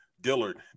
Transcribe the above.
Dillard